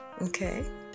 okay